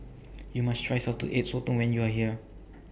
YOU must Try Salted Egg Sotong when YOU Are here